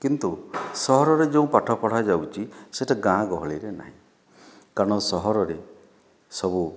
କିନ୍ତୁ ସହରରେ ଯେଉଁ ପାଠ ପଢ଼ାଯାଉଛି ସେଇଟା ଗାଁ ଗହଳିରେ ନାହିଁ କାରଣ ସହରରେ ସବୁ